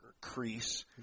crease